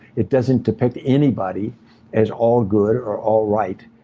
it doesn't depict anybody as all good or all right.